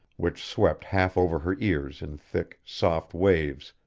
which swept half over her ears in thick, soft waves,